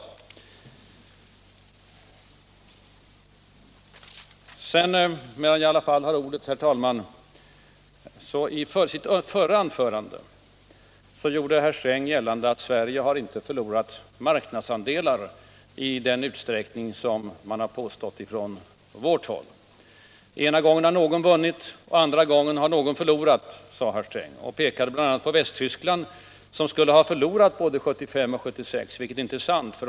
I sitt förra anförande — jag säger detta medan jag i alla fall har ordet, herr talman — gjorde herr Sträng gällande att Sverige inte har förlorat marknadsandelar i den utsträckning som vi påstått. Ena gången har någon vunnit, och andra gången har någon förlorat, sade herr Sträng och pekade på bl.a. Västtyskland, som skulle ha förlorat marknadsandelar både 1975 och 1976.